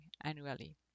annually